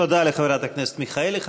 תודה לחברת הכנסת מיכאלי.